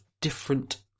different